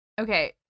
okay